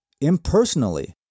impersonally